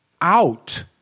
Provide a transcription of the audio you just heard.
out